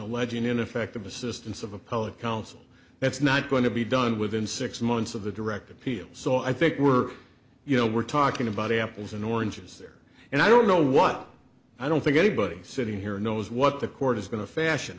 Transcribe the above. alleging ineffective assistance of a public counsel that's not going to be done within six months of the direct appeal so i think we're you know we're talking about apples and oranges here and i don't know what i don't think anybody sitting here knows what the court is going to fashion